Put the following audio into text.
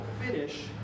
finish